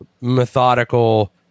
methodical